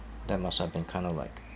that must have been kinda like